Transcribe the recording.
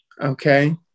okay